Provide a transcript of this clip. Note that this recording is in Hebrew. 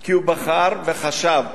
כי הוא בחר וחשב,